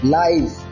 life